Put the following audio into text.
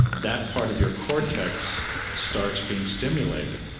that part of your cortex starts being stimulated.